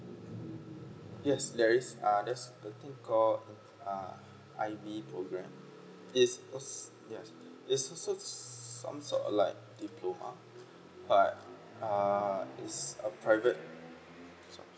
yes there's uh there's a thing call uh I_B program it's al~ yeah it's also some sort like diploma but uh it's a private so